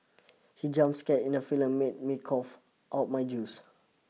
he jump scare in the film made me cough out my juice